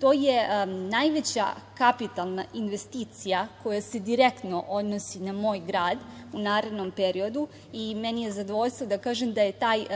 To je najveća kapitalna investicija koja se direktno odnosi na moj grad u narednom periodu i meni je zadovoljstvo da kažem da je taj